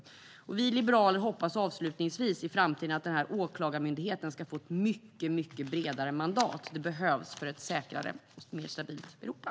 Vi liberaler hoppas att den här åklagarmyndigheten i framtiden ska få ett mycket bredare mandat. Det behövs för ett säkrare och mer stabilt Europa.